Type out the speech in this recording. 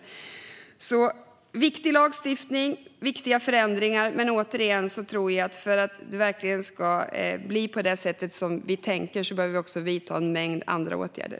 Det rör sig alltså om viktig lagstiftning och viktiga förändringar, men jag tror återigen att vi, för att det ska bli som vi tänker, också behöver vidta en mängd andra åtgärder.